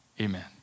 Amen